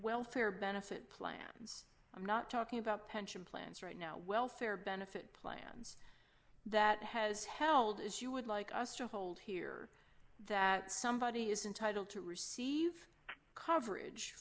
welfare benefit plans i'm not talking about pension plans right now welfare benefit plans that has held as you would like us to hold here that somebody is entitled to receive coverage